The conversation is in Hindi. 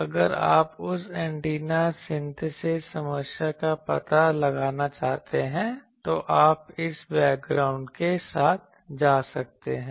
अगर आप उस एंटीना सिंथेसिस समस्या का पता लगाना चाहते हैं तो आप इस बैकग्राउंड के साथ जा सकते हैं